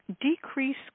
Decrease